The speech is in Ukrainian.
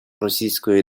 російської